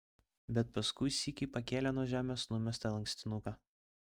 bet paskui sykį pakėlė nuo žemės numestą lankstinuką